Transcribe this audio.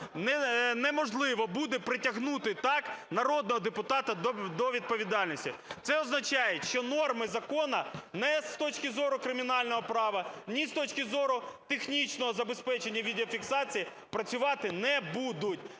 неможливо буде притягнути так народного депутата до відповідальності. Це означає, що норми закону ні з точки зору кримінального права, ні з точки зору технічного забезпечення відеофіксації працювати не будуть.